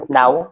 now